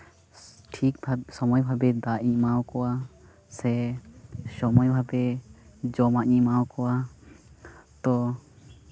ᱴᱷᱤᱠ ᱴᱷᱟᱠ ᱥᱚᱢᱚᱭ ᱵᱷᱟᱵᱮ ᱫᱟᱜ ᱤᱧ ᱮᱢᱟᱣ ᱠᱚᱣᱟ ᱥᱮ ᱥᱚᱢᱚᱭ ᱵᱷᱟᱵᱮ ᱡᱚᱢᱟᱜ ᱤᱧ ᱮᱢᱟᱣ ᱠᱚᱣᱟ ᱛᱚ